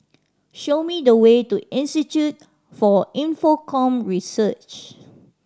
show me the way to Institute for Infocomm Research